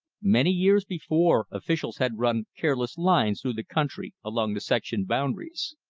many years before, officials had run careless lines through the country along the section-boundaries.